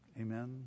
Amen